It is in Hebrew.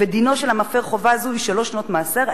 ודינו של המפר חובה זו הוא שלוש שנות מאסר,